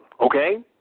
Okay